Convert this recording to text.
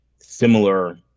similar